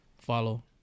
follow